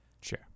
Sure